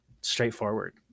straightforward